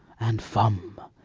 and fum,